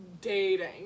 dating